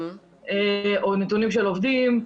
או נתונים של עובדים,